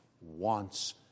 wants